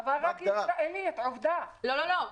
אם אני לא טועה,